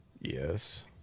yes